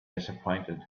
disappointed